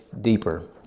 deeper